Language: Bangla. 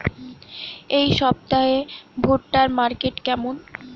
এই সপ্তাহে ভুট্টার মার্কেট কেমন?